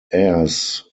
airs